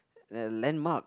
a landmark